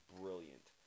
brilliant